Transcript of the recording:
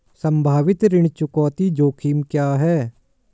संभावित ऋण चुकौती जोखिम क्या हैं?